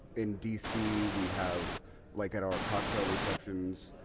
in d c, we have like at our cocktail receptions,